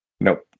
Nope